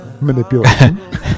manipulation